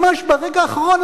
ממש ברגע האחרון,